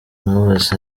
knowless